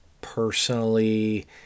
personally